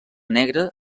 negra